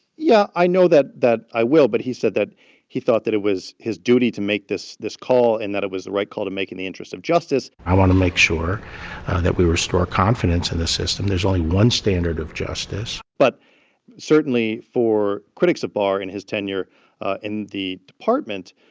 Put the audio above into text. yeah, i know that that i will. but he said that he thought that it was his duty to make this this call and that it was the right call to make in the interest of justice i want to make sure that we restore confidence in the system. there's only one standard of justice but certainly for critics of barr and his tenure in the department,